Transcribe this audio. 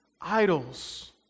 idols